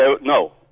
No